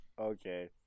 Okay